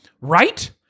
right-